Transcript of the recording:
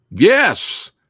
Yes